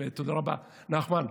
תודה רבה, נחמן.